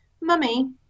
Mummy